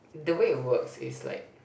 the way it works is like